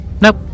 Nope